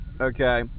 Okay